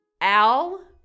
Al